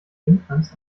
infants